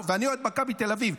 ואני אוהד מכבי תל אביב,